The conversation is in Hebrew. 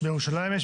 בירושלים,